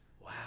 Wow